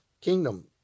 kingdom